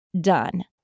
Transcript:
done